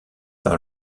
par